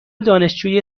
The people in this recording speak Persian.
دانشجوی